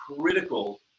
critical